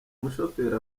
umushoferi